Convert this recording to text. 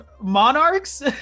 monarchs